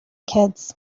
kids